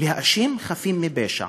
להאשים חפים מפשע?